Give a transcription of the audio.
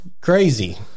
crazy